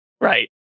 Right